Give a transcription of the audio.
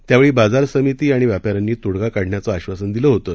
त्यावेळी बाजार समिती आणि व्यापाऱ्यांनी तोडगा काढण्याचं आश्वासन दिलं होतं